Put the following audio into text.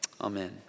Amen